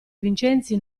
vincenzi